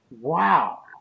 wow